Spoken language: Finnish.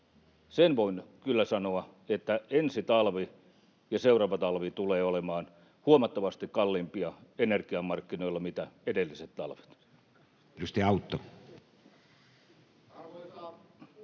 Sen voin kyllä sanoa, että ensi talvi ja seuraava talvi tulevat olemaan huomattavasti kalliimpia energiamarkkinoilla kuin edelliset talvet. Edustaja Autto. Arvoisa puhemies!